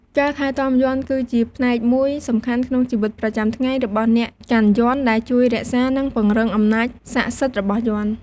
ការថែទាំយ័ន្ត គឺជាផ្នែកមួយសំខាន់ក្នុងជីវិតប្រចាំថ្ងៃរបស់អ្នកកាន់យ័ន្ត ដែលជួយរក្សា និងពង្រឹងអំណាចស័ក្កិសិទ្ធរបស់យ័ន្ត។